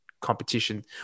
competition